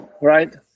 Right